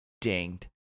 dinged